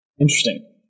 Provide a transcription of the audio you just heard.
Interesting